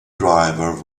driver